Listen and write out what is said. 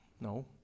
No